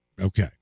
Okay